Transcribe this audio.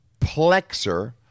plexer